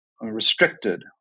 restricted